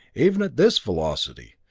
even at this velocity,